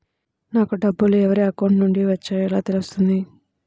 నాకు డబ్బులు ఎవరి అకౌంట్ నుండి వచ్చాయో ఎలా తెలుస్తుంది?